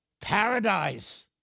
paradise